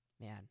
Man